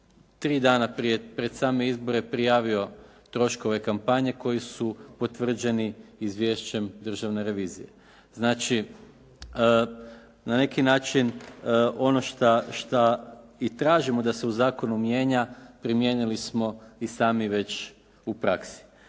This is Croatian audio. tri dana prije pred same izbore prijavio troškove kampanje koji su potvrđeni izvješćem državne revizije. Znači, na neki način ono šta i tražimo da se u zakonu mijenja primijenili smo i sami već u praksi.